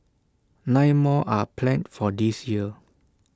nine more are planned for this year